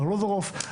ארלוזורוף.